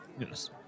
Yes